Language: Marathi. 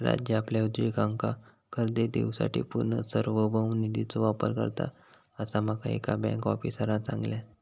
राज्य आपल्या उद्योजकांका कर्ज देवूसाठी पूर्ण सार्वभौम निधीचो वापर करता, असा माका एका बँक आफीसरांन सांगल्यान